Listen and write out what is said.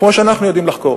כמו שאנחנו יודעים לחקור.